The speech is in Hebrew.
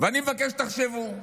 ואני מבקש שתחשבו.